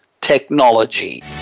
technology